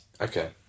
Okay